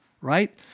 right